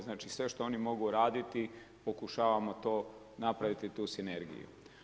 Znači sve što oni mogu raditi pokušavamo to napraviti tu sinergiju.